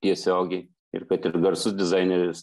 tiesiogiai ir kad ir garsus dizaineris